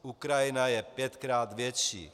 Ukrajina je pětkrát větší!